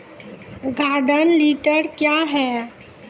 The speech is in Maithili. गार्डन टिलर क्या हैं?